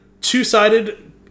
two-sided